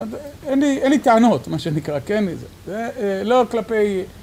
אין לי טענות מה שנקרא, כן, לא כלפי...